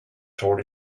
toward